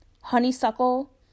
honeysuckle